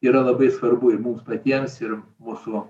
yra labai svarbu ir mums patiems ir mūsų